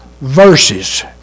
verses